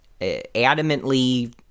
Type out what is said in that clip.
adamantly